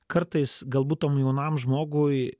kartais galbūt tam jaunam žmogui